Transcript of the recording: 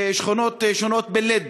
בשכונות שונות בלוד,